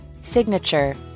Signature